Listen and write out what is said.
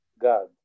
God